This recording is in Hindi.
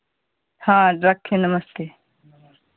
हाँ रखें नमस्ते